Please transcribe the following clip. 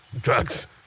drugs